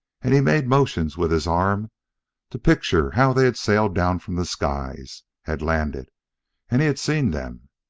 and he made motions with his arms to picture how they had sailed down from the skies had landed and he had seen them.